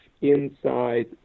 inside